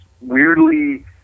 weirdly